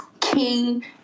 king